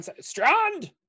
Strand